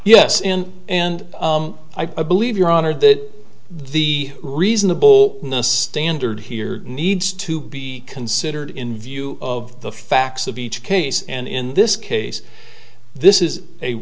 yes in and i believe your honor that the reasonable standard here needs to be considered in view of the facts of each case and in this case this is a